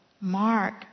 Mark